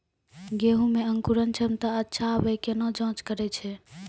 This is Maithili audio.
गेहूँ मे अंकुरन क्षमता अच्छा आबे केना जाँच करैय छै?